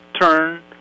turn